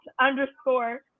underscore